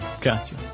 Gotcha